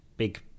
big